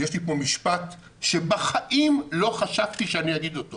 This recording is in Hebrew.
יש לי פה משפט שבחיים לא חשבתי שאני אגיד אותו